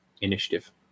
initiative